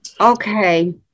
Okay